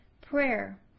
Prayer